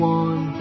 one